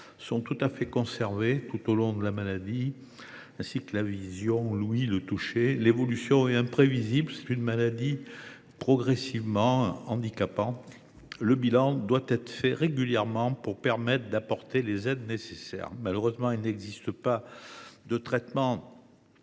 sont conservées tout au long de la maladie, ainsi que la vision, l’ouïe, le toucher. L’évolution est imprévisible : c’est une maladie progressivement handicapante. Un bilan doit être établi régulièrement pour permettre d’apporter les aides nécessaires. Malheureusement, il n’existe pas de traitement